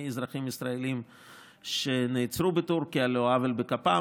אזרחים ישראלים שנעצרו בטורקיה על לא עוול בכפם.